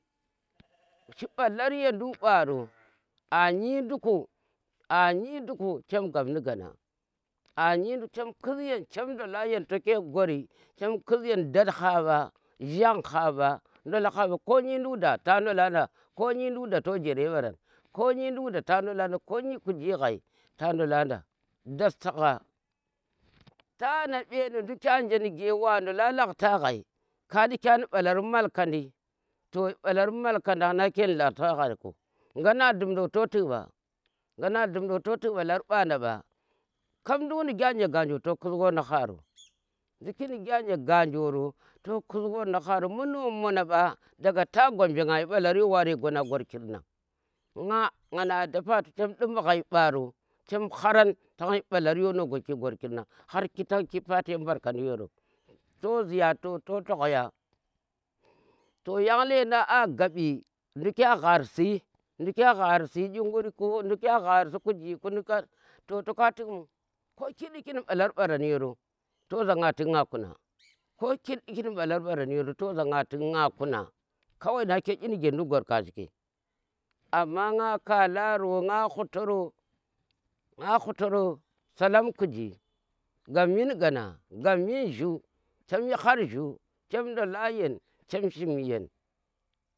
Shi ɓalr ya nduk ɓaro, a nyi dukku anyi dukku chem gap ni gana chem khis yen, chem ndola yen toh ke gwari, chemm khis yen dadd ha mba jhang ha ba, ndolo ha ɓa, ko nyi duk da to jere ɓaran, ko nyi nduk da t ndolar mbaran, ko nyi kuji ghai ta ndola nda, tana ɓeni nduki anje nige ndola lakta ghai ka ɗi ka ni ɓular malkani to mbalar malkandan ka laktar ghai ku ngha ne klumdo toh tik ɓalar bana ɓa kap nduk nige anje ganjero toh khis wor ni horo, ndukki nige anje ganjo to khus nu haro mbu no mona ɓa, daga ta gombe nga yi mbalar yero ware gwana gorkir nang nga, nga ni Adda Fatu chem ɗi chem di mbu ghai mbaro chem haran tan yi mbalar yo no gwaki gwarkir harki tan ki pate mbarkandi yero to zi ya za to to logaya to yanang lendang a gabbi na dukkyen ghar si dukkyen gharsi dyi gurku duukyen gharsi kuji ku kuji to to ka tik mu ki ɗiki ni ɓaalar mbaran yero toh za nga tik nga kuna, koki di ki ni balar mbaran yero zu to za nga tik nga kuna kawai nake inuge dukk gwar ka shiki amma nga kalaro nga hutaro, nga hutoro salam kuji gab min gana, gap mi jhuu chem chem ndola yen chem shim yen.